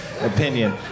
opinion